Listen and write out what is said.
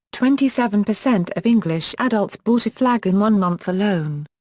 twenty seven percent of english adults bought a flag in one month alone.